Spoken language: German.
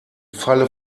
falle